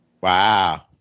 Wow